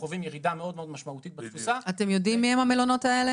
שחווים ירידה משמעותית בתפוסה --- אתם יודעים לזהות את המלונות האלו?